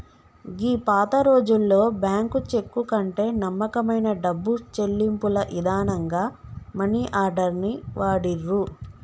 గీ పాతరోజుల్లో bank cheque కంటే నమ్మకమైన డబ్బు చెల్లింపుల ఇదానంగా మనీ ఆర్డర్ ని వాడిర్రు